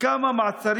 לגבי העניין של מעבר